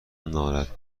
ناراحت